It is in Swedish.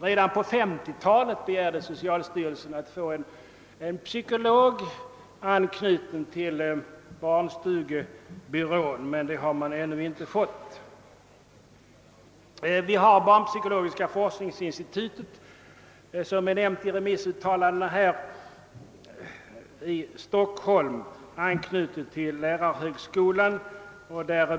Redan på 1950 talet begärde socialstyrelsen att få en psykolog knuten till barnstugebyrån, men någon sådan har man ännu inte fått. Barnpsykologiska forskningsinstitutet har nämnts i remissyttrandena. Det är anknutet till lärarhögskolan i Stockholm.